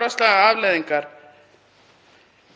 afleiðingar.